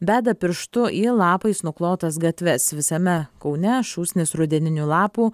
beda pirštu į lapais nuklotas gatves visame kaune šūsnys rudeninių lapų